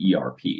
ERP